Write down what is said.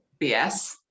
BS